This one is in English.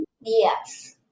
Yes